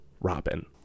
Robin